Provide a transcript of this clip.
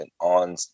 on